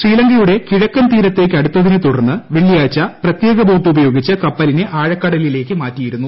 ശ്രീലങ്കയുടെ കിഴക്കൻ തീരത്തേക്ക് അടുത്തിനെ തുടർന്ന് വെള്ളിയാഴ്ച പ്രത്യേക ബോട്ട് ഉപയോഗിച്ച് കപ്പലിനെ ആഴക്കടലിലേക്ക് മാറ്റിയിരുന്നു